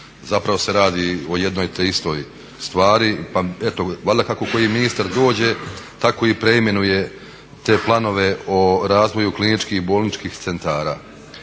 Zapravo se radi o jednoj te istoj stvari pa eto valjda kako koji ministar dođe tako i preimenuje te planove o razvoju kliničkih bolničkih centara.